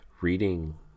Reading